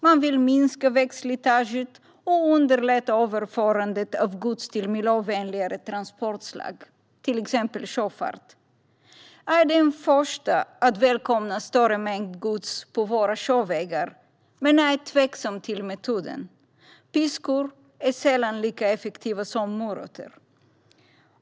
Man vill minska vägslitaget och underlätta överförandet av gods till miljövänligare transportslag, till exempel sjöfart. Jag är den första att välkomna större mängder gods på våra sjövägar, men jag är tveksam till metoden. Piskor är sällan lika effektiva som morötter.